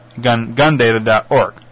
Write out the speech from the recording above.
gundata.org